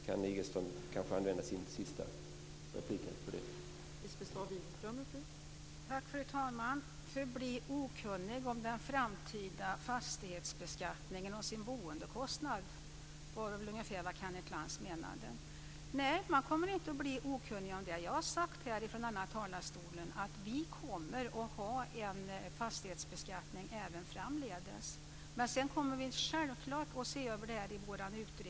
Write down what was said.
Kan Lisbeth Staaf-Igelström kanske använda sin sista replik till att svara på det?